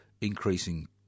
increasing